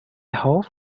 hope